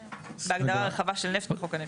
שנכללים בהגדרה הרחבה של נפט בחוק הנפט.